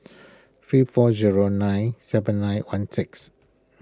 three four zero nine seven nine one six